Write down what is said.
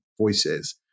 voices